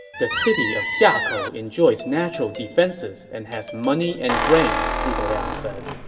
the city of xiakou enjoys natural defenses and has money and grain, zhuge liang said.